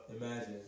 Imagine